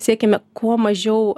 siekiame kuo mažiau